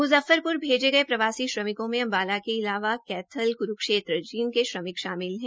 मुजफ्फरपुर भेजे गए प्रवासी श्रमिकों में अम्बाला के अलावा कैथल क्रूक्षेत्र जींद के श्रमिक शामिल हैं